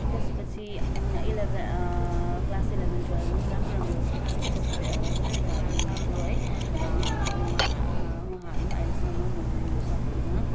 त्यसपछि eleven class eleven टुवेल्भमा पनि राम् राम्रो शिक्षक शिक्षिकाहरू हुनुहुन्थ्यो है उहाँ उहाँहरू पनि अहिलेसम्म म भुलिनु सक्दिनँ